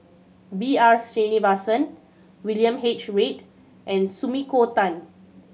B R Sreenivasan William H Read and Sumiko Tan